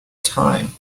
time